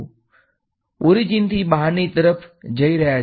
તેથી ઓરીજીનથી બહારની તરફ જઈ રહ્યા છે